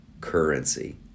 currency